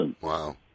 Wow